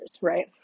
right